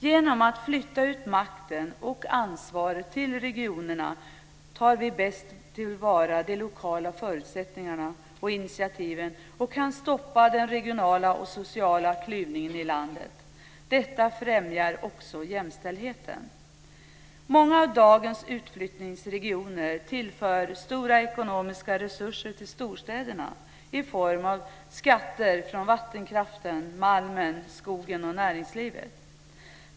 Genom att flytta ut makten och ansvaret till regionerna tar vi bäst till vara de lokala förutsättningarna och initiativen och kan stoppa den regionala och sociala klyvningen i landet. Detta främjar också jämställdheten. Många av dagens utflyttningsregioner tillför stora ekonomiska resurser till storstäderna i form av skatter från vattenkraften, malmen, skogen och näringslivet.